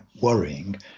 worrying